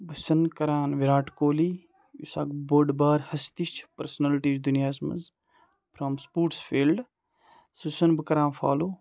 بہٕ چھُسَن کَران وِراٹھ کوہلی یُس اکھ بوٚڑ بارٕ ہستی چھِ پٔرسٕنلٹی چھِ دُنیاہَس منٛز فرٛام سپورٹٕس فیلڈٕ سُہ چھُسَن بہٕ کَران فالو